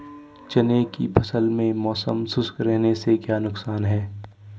चने की फसल में मौसम शुष्क रहने से क्या नुकसान है?